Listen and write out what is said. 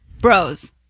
Bros